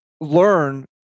learn